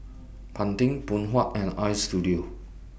Pantene Phoon Huat and Istudio